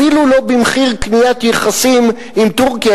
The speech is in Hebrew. אפילו לא במחיר קניית יחסים עם טורקיה,